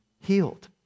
healed